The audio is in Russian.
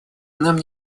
нам